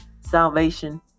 salvation